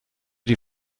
die